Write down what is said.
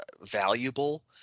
valuable